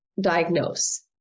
diagnose